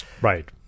right